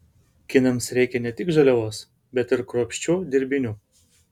kinams reikia ne tik žaliavos bet ir kruopščių dirbinių